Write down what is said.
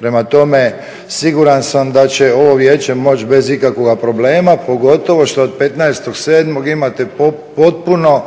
Prema tome, siguran sam da će ovo vijeće moći bez ikakvoga problema pogotovo što od 15.7. imate potpuno